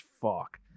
fuck